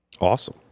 Awesome